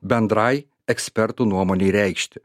bendrai ekspertų nuomonei reikšti